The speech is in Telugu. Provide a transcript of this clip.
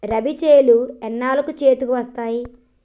రబీ చేలు ఎన్నాళ్ళకు చేతికి వస్తాయి?